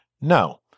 No